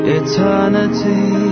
eternity